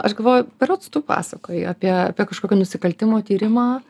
aš galvoju berods tu pasakojai apie apie kažkokio nusikaltimo tyrimą